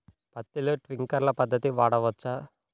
పత్తిలో ట్వింక్లర్ పద్ధతి వాడవచ్చా?